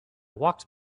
walked